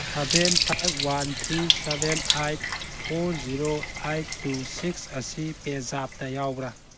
seven five one three seven eight four zero eight two six ꯑꯁꯤ ꯄꯦꯖꯥꯞꯇ ꯌꯥꯎꯕ꯭ꯔꯥ